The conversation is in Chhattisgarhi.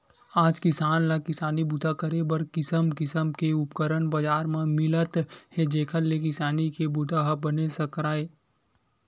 आज किसान ल किसानी बूता करे बर किसम किसम के उपकरन बजार म मिलत हे जेखर ले किसानी के बूता ह बने सरकय